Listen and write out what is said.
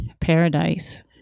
paradise